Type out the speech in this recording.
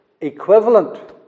equivalent